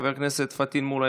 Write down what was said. חבר הכנסת פטין מולא,